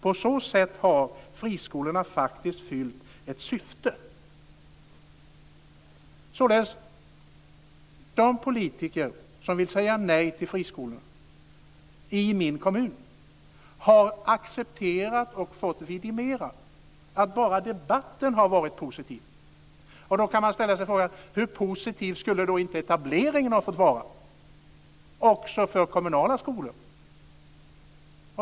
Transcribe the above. På så sätt har friskolorna faktiskt fyllt ett syfte." De politiker som vill säga nej till friskolor i min kommun har således accepterat och fått vidimerat att bara debatten har varit positiv. Man kan ställa sig frågan hur positiv etableringen då inte skulle vara, också för kommunala skolor.